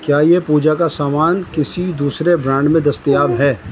کیا یہ پوجا کا سامان کسی دوسرے برانڈ میں دستیاب ہے